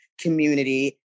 community